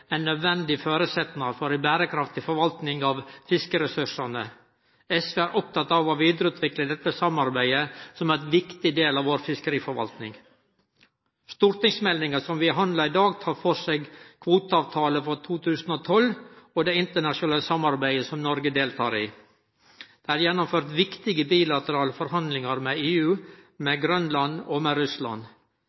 ein nødvendig føresetnad for ei berekraftig forvaltning av fiskeressursane. SV er opptatt av å vidareutvikle dette samarbeidet, som er ein viktig del av vår fiskeriforvaltning. Stortingsmeldinga som vi behandlar i dag, tar for seg kvoteavtalane for 2012 og det internasjonale samarbeidet som Noreg deltar i. Det er gjennomført viktige bilaterale forhandlingar med EU, med Grønland og med Russland.